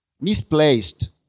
misplaced